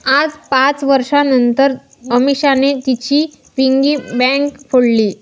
आज पाच वर्षांनतर अमीषाने तिची पिगी बँक फोडली